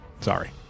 Sorry